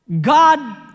God